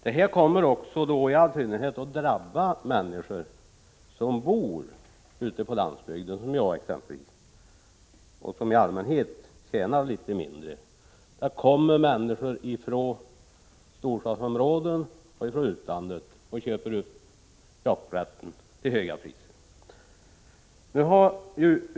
De som drabbas blir i all synnerhet människor som bor ute på landsbygden, såsom jag gör, och som i allmänhet tjänar litet mindre — det kommer människor från storstadsområdena och från utlandet och köper upp jakträtten till höga priser.